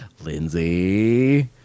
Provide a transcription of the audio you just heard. Lindsay